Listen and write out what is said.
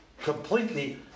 completely